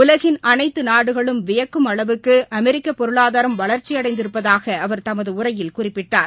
உலகின் நாடுகளும் வியக்கும் அளவுக்கு அமெரிக்க பொருளாதாரம் அனைத்து வளர்ச்சியடைந்திருப்பதாக அவர் தமது உரையில் குறிப்பிட்டார்